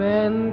Men